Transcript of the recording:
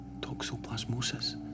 toxoplasmosis